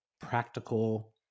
practical